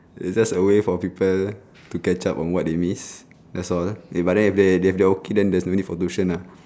is just a way for people to catch up on what they miss that's all they but then if they they're okay then there's not need for tuition lah